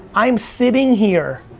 i am sitting here,